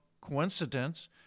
coincidence